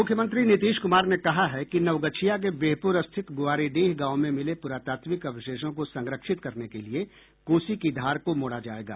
मुख्यमंत्री नीतीश कुमार ने कहा है कि नवगछिया के बिहपुर स्थित गुआरीडीह गांव में मिले प्रातात्विक अवशेषों को संरक्षित करने के लिये कोसी की धार को मोड़ा जायेगा